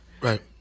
right